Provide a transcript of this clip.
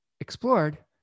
explored